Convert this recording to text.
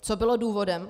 Co bylo důvodem?